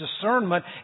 discernment